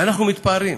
ואנחנו מתפארים